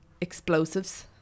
explosives